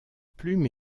plume